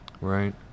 Right